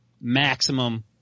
maximum